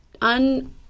un